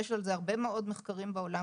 ויש על זה הרבה מאוד מחקרים בעולם,